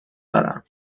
دارم